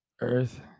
Earth